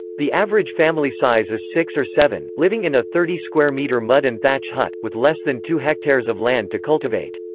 the average family size is six or seven, living in a thirty square meter mud and thatch hut, with less than two hectares of land to cultivate.